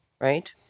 right